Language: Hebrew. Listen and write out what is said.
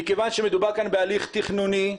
מכיוון שמדובר כאן בהליך תכנוני,